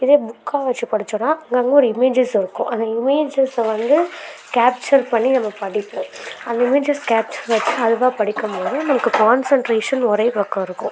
இதே புக்காக வச்சு படிச்சோன்னா அதில் வந்து ஒரு இமேஜஸ் இருக்கும் அந்த இமேஜஸில் வந்து கேப்ச்சர் பண்ணி நம்ம படிப்போம் அந்த இமேஜஸ் கேப்ச்சர் வச்சு அதுவாக படிக்கும்போது நம்மளுக்கு கான்செண்ட்ரேஷன் ஒரே பக்கம் இருக்கும்